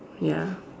ya